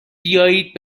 بیاید